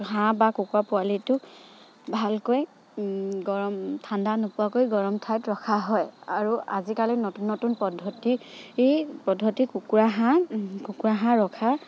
হাঁহ বা কুকুৰা পোৱালিটো ভালকৈ গৰম ঠাণ্ডা নোপোৱাকৈ গৰম ঠাইত ৰখা হয় আৰু আজিকালি নতুন নতুন পদ্ধতি কুকুৰা হাঁহ ৰখা